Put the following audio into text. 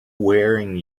wearing